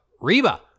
Reba